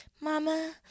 Mama